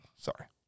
Sorry